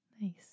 Nice